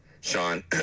Sean